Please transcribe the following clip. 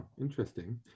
interesting